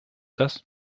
das